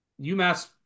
UMass